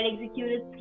executed